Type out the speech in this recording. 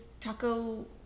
taco